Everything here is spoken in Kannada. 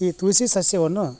ಈ ತುಳಸಿ ಸಸ್ಯವನ್ನು